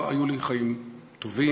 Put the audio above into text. "היו לי חיים טובים,